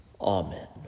Amen